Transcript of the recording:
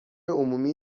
عمومی